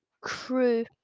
crew